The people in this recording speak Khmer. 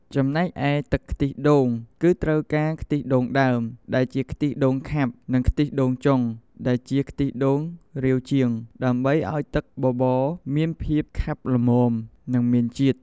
ចំណែកឯទឹកខ្ទិះដូង គឺត្រូវការ ខ្ទិះដូងដើម ដែលជាខ្ទិះដូងខាប់ និងខ្ទិះដូងចុង ដែលជាខ្ទិះដូងរាវជាង ដើម្បីឱ្យទឹកបបរមានភាពខាប់ល្មម និងមានជាតិ។